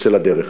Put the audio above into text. נצא לדרך.